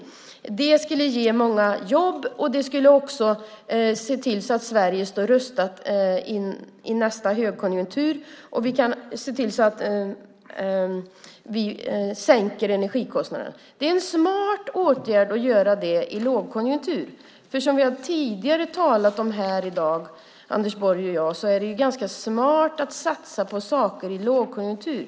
Det skulle ge många jobb, det skulle se till att Sverige står rustat i nästa högkonjunktur och det skulle också sänka energikostnaderna. Det är en smart åtgärd i lågkonjunktur, för som vi tidigare talat om här i dag, Anders Borg och jag, är det ganska smart att satsa på saker i lågkonjunktur.